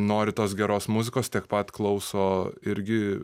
nori tos geros muzikos tiek pat klauso irgi